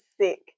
sick